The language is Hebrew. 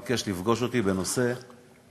וביקש לפגוש אותי בנושא ההפרטה,